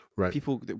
People